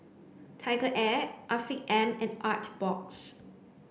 TigerAir Afiq M and Artbox